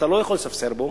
אתה לא יכול לספסר בו.